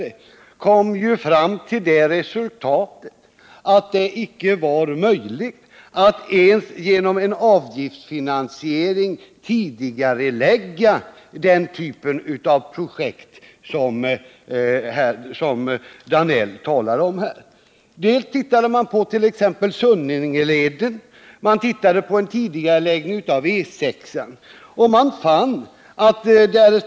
Denna utredning kom fram till det resultatet, att det icke ens genom en avgiftsfinansiering skulle vara möjligt att tidigarelägga den typ av projekt som Georg Danell talar om här. Utredningen studerade bl.a. Sunningeleden och frågan om en tidigareläggning av arbetena på Europaväg 6.